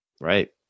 Right